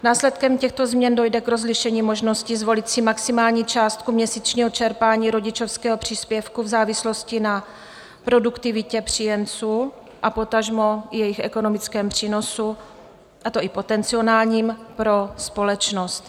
Následkem těchto změn dojde k rozlišení možnosti zvolit si maximální částku měsíčního čerpání rodičovského příspěvku v závislosti na produktivitě příjemců a potažmo i jejich ekonomickém přínosu, a to i potenciálním pro společnost.